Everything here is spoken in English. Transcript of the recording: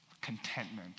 contentment